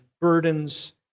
burdens